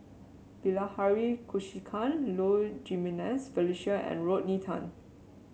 Bilahari Kausikan Low Jimenez Felicia and Rodney Tan